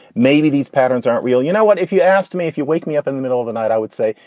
maybe these patterns aren't real. you know what? if you asked me if you wake me up in the middle of the night, i would say,